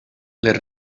les